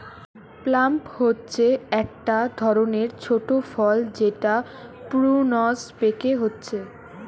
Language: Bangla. প্লাম হচ্ছে একটা ধরণের ছোট ফল যেটা প্রুনস পেকে হচ্ছে